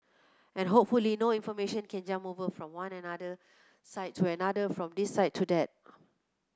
and hopefully no information can jump over from one another side to another from this side to that